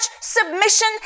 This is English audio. submission